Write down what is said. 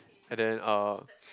and then uh